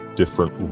different